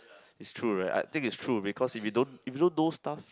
it's true right I think is true because if you don't if you don't know stuff